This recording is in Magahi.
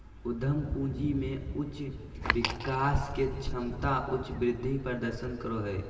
उद्यम पूंजी में उच्च विकास के क्षमता उच्च वृद्धि प्रदर्शन करो हइ